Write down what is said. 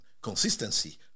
consistency